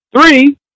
Three